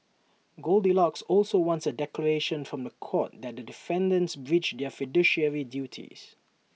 goldilocks also wants A declaration from The Court that the defendants breached their fiduciary duties